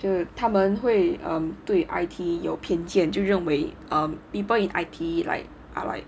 就他们会对 I_T_E 有偏见 um 就认为 people in I_T_E like are like